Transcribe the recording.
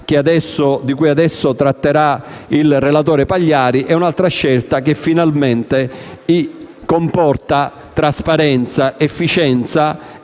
di cui adesso tratterà il relatore Pagliari, finalmente comporta trasparenza, efficienza